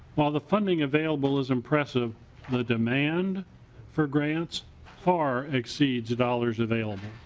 while the funding available is impressive the demand for grants far exceeds the dollars available.